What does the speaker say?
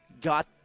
got